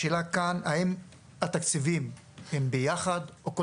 השאלה כאן האם התקציבים הם ביחד או כל